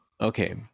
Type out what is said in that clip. Okay